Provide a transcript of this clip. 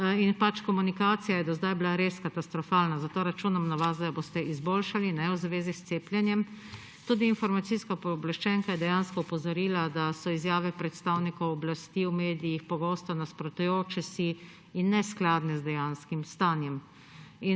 Komunikacija je do sedaj bila res katastrofalna, zato računam na vas, da jo boste izboljšali v zvezi s cepljenjem. Tudi informacijska pooblaščenka je dejansko opozorila, da so izjave predstavnikov oblasti v medijih pogosto nasprotujoče si in neskladne z dejanskim stanjem.